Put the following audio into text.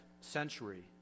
century